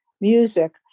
music